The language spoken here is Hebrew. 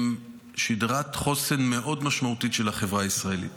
הם שדרת חוסן משמעותית מאוד של החברה הישראלית.